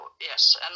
yes